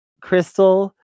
crystal